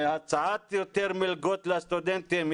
הצעה של יותר מלגות לסטודנטים,